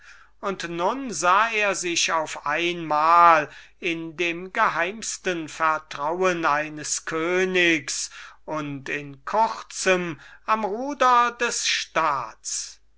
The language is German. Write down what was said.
und nun sah er sich auf einmal in dem geheimesten vertrauen eines königs und in kurzem am ruder des staats